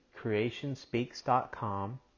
creationspeaks.com